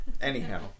Anyhow